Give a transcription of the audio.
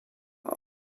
auf